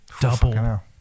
double